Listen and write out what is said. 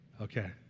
okay